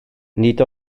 nid